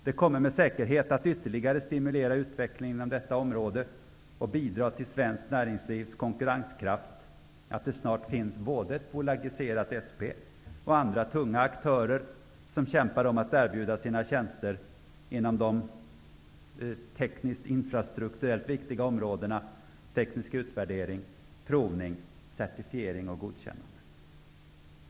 Det kommer med säkerhet att ytterligare stimulera utvecklingen inom detta område och bidra till svenskt näringslivs konkurrenskraft att det snart finns både ett bolagiserat SP och andra tunga aktörer som kämpar om att erbjuda sina tjänster inom de tekniskt infrastrukturellt viktiga områdena teknisk utvärdering, provning, certifiering och godkännande.